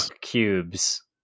cubes